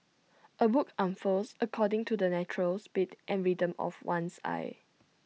A book unfurls according to the natural speed and rhythm of one's eye